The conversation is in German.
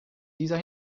dieser